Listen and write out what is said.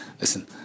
listen